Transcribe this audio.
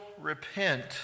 repent